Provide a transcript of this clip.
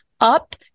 up